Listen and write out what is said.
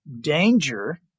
danger